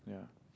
yeah